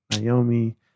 Naomi